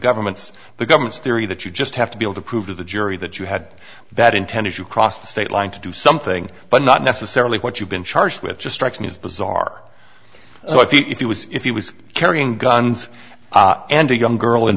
government's the government's theory that you just have to be able to prove to the jury that you had that intent if you cross the state line to do something but not necessarily what you've been charged with just strikes me is bizarre so if he was if he was carrying guns and a young girl in